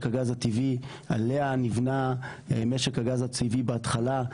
הגז הטבעי עליה נבנה משק הגז הטבעי בהתחלה.